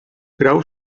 grau